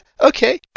Okay